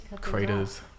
craters